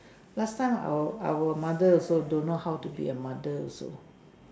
last time our our mother also don't know how to be a mother also